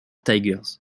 tigers